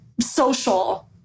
social